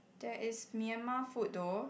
there is Myanmar food though